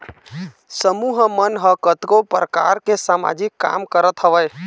समूह मन ह कतको परकार के समाजिक काम करत हवय